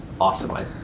awesome